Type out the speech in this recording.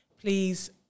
Please